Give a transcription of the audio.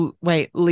wait